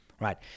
right